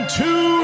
two